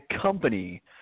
company